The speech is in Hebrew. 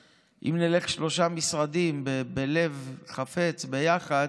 אם נלך שלושה משרדים בלב חפץ, ביחד,